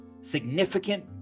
significant